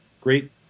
great